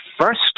first